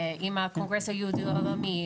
עם הקונגרס היהודי העולמי,